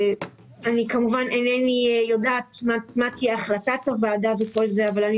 אני כמובן אינני יודעת מה תהיה החלטת הוועדה אבל אני